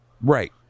Right